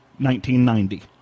1990